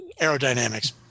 aerodynamics